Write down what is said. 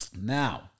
Now